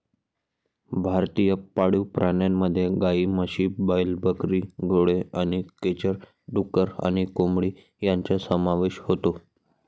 भारतीय पाळीव प्राण्यांमध्ये गायी, म्हशी, बैल, बकरी, घोडे आणि खेचर, डुक्कर आणि कोंबडी यांचा समावेश होतो